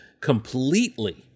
completely